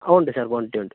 ഉണ്ട് sir quantity ഉണ്ട്